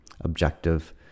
objective